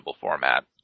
format